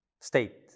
state